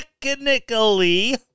technically